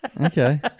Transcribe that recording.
Okay